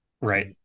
right